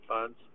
funds